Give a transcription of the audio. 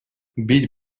бить